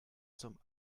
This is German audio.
zum